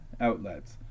outlets